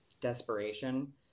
desperation